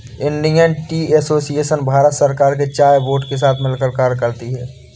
Indian Tea Association Bharat सरकार के चाय बोर्ड के साथ मिलकर कार्य करती है